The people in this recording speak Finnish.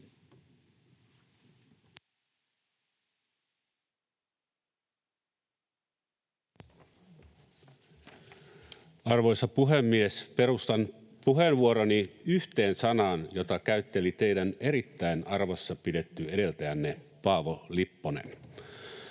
Arvoisa puhemies! Perustan puheenvuoroni yhteen sanaan, jota käytteli teidän erittäin arvossa pidetty edeltäjänne Paavo Lipponen.